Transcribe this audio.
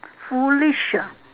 foolish ah